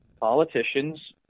Politicians